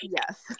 Yes